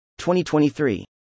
2023